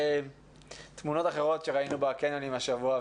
מתמונות אחרות שראינו בקניונים השבוע,